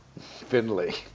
Finley